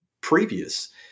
previous